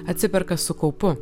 atsiperka su kaupu